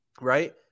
right